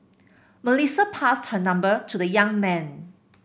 Melissa passed her number to the young man